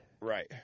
Right